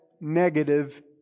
negative